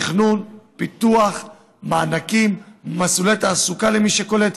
תכנון, פיתוח, מענקים, מסלולי תעסוקה למי שקולט